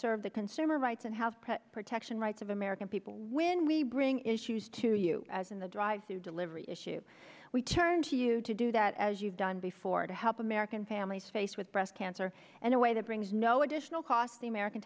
served the consumer rights and have protection rights of american people when we bring issues to you as in the drive to delivery issue we turn to you to do that as you've done before to help american families faced with breast cancer and a way that brings no additional cost the american